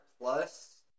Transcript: Plus